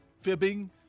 fibbing